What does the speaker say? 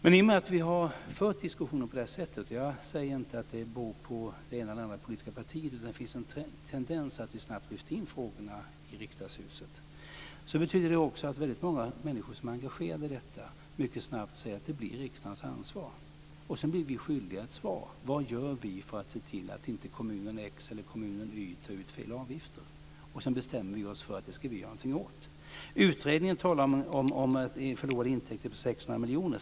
I och med att vi har fört diskussionen på det här sättet - och jag säger inte att det beror på det ena eller andra politiska partiet, utan det finns en tendens att vi snabbt lyfter in frågorna i Riksdagshuset - betyder det också att väldigt många människor som är engagerade i detta mycket snabbt säger att det blir riksdagens ansvar. Sedan blir vi skyldiga ett svar. Vad gör vi för att se till att inte kommunen x eller kommunen y tar ut fel avgifter? Sedan bestämmer vi oss för att det ska vi göra någonting åt. Utredningen talar om förlorade intäkter på 600 miljoner.